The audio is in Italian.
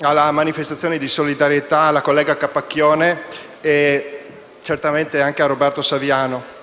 alla manifestazione di solidarietà alla collega Capacchione e certamente anche a Roberto Saviano.